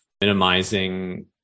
minimizing